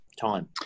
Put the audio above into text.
time